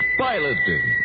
piloting